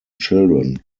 children